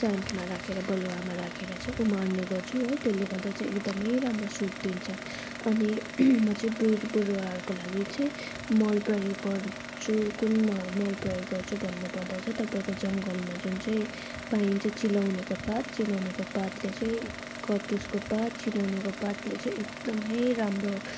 सेन्डमा राखेर बलुवामा राखेर चाहिँ उमार्ने गर्छु है त्यसले गर्दा चाहिँ एकदमै राम्रो सुट दिन्छ अनि म चाहिँ बोट बिरुवाहरूको लागि चाहिँ मल प्रयोग गर्छु कुन मल प्रयोग गर्छु भन्नु पर्दा चाहिँ तपाईँको जङ्गलमा जुन चाहिँ पाइन्छ चिलाउनेको पात चिलाउनेको पातले चाहिँ कटुसको पात चिलाउनेको पातले चाहिँ एकदमै राम्रो